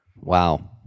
Wow